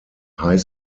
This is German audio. high